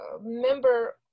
member